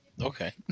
Okay